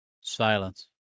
Silence